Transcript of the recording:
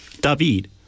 David